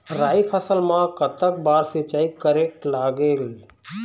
राई फसल मा कतक बार सिचाई करेक लागेल?